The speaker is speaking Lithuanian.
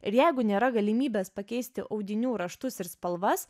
ir jeigu nėra galimybės pakeisti audinių raštus ir spalvas